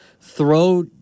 throw